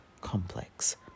complex